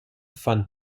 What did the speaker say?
van